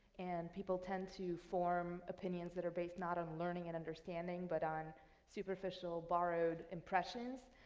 and people tend to form opinions that are based not on learning and understanding, but on superficial, borrowed impressions.